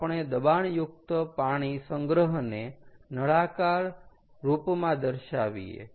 આપણે દબાણયુક્ત પાણી સંગ્રહને નળાકાર રૂપમાં દર્શાવીયે